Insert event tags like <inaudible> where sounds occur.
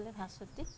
<unintelligible> Bhaswati